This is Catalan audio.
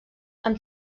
amb